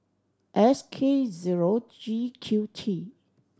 S K zero G Q T